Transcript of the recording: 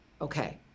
Okay